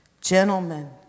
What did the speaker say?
Gentlemen